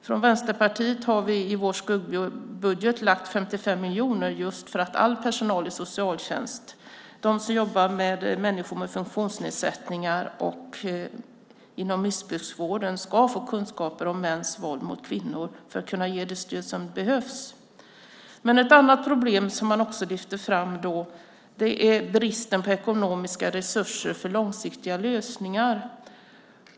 Från Vänsterpartiet har vi i vår skuggbudget lagt 55 miljoner just för att all personal i socialtjänst - de som jobbar med människor med funktionsnedsättningar och inom missbrukarvården - ska få kunskaper om mäns våld mot kvinnor för att kunna ge det stöd som behövs. Ett annat problem som man lyfter fram är bristen på ekonomiska resurser för långsiktiga lösningar.